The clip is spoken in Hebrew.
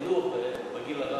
מה עם חינוך בגיל הרך?